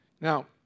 Now